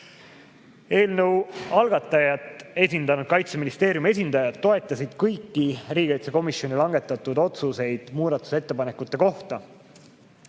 Eelnõu algatajat esindanud Kaitseministeeriumi esindajad toetasid kõiki riigikaitsekomisjoni langetatud otsuseid muudatusettepanekute kohta.